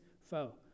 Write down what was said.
foe